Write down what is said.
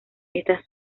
estas